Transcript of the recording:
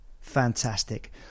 Fantastic